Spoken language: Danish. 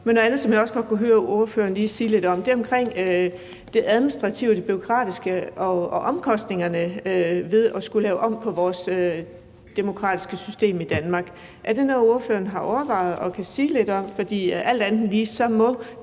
er bestemt ikke, fordi vi er imod demokrati eller borgerinddragelse – er det administrative og det bureaukratiske og omkostningerne ved at skulle lave om på vores demokratiske system i Danmark. Er det noget, ordføreren har overvejet og kan sige lidt om? For alt andet lige, hvis